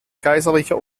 kaiserlicher